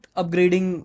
upgrading